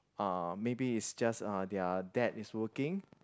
uh maybe it's just uh their dad is working